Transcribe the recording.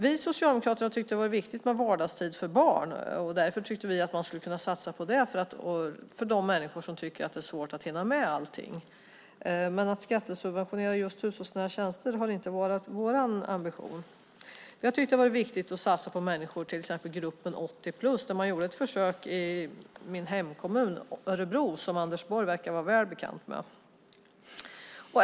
Vi socialdemokrater har tyckt att det är viktigt med vardagstid med barnen och ansett att man i stället borde ha satsat på dem som har svårt att hinna med allt. Att däremot skattesubventionera just hushållsnära tjänster har inte varit vår ambition. Vi har också tyckt att det varit viktigt att satsa på människor i till exempel gruppen 80-plus. Det gjordes ett försök med detta i min hemkommun Örebro, som Anders Borg verkar vara väl bekant med.